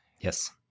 Yes